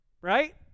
right